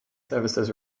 services